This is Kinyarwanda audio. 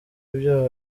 ibyaha